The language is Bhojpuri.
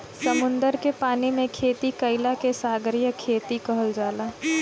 समुंदर के पानी से खेती कईला के सागरीय खेती कहल जाला